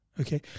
Okay